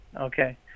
Okay